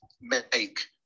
make